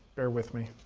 bear with me.